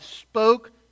spoke